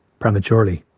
prematurely.